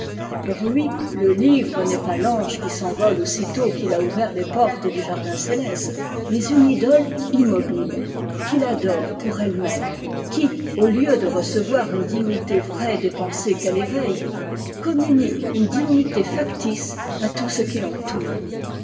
pour lui le livre n'est pas l'ange qui s'envole aussitôt qu'il a ouvert les portes du jardin céleste mais une idole immobile qu'il adore pour ellemême qui au lieu de recevoir une dignité vraie des pensées qu'elle éveille communique une dignité factice à tout ce qui l'entoure